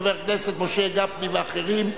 התשע"א 2011,